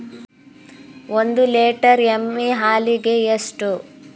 ಒಂದು ಲೇಟರ್ ಎಮ್ಮಿ ಹಾಲಿಗೆ ಎಷ್ಟು?